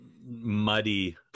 muddy